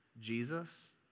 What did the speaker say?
Jesus